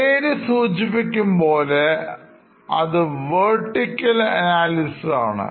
പേര് സൂചിപ്പിക്കും പോലെ ഇത് vertical അനാലിസിസ് ആണ്